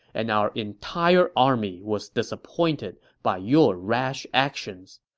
and our entire army was disappointed by your rash actions.